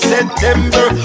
September